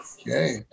Okay